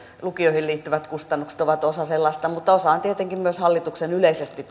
lukioihin liittyvät kustannukset ovat osana sitä mutta osana ovat tietenkin myös hallituksen yleisesti